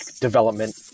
development